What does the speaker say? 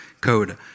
code